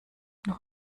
noch